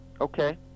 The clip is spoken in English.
Okay